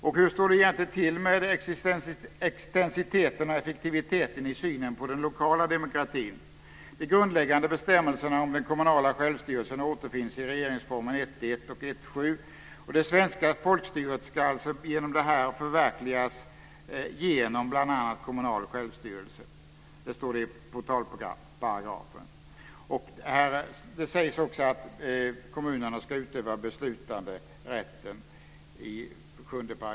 Och hur står det egentligen till med extensiteten och effektiviteten i synen på den lokala demokratin? och 1:7. Det svenska folkstyret ska alltså förverkligas genom bl.a. kommunal självstyrelse. Det står i portalparagrafen. Det sägs också i 7 § att kommunerna ska utöva beslutanderätten.